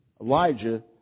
Elijah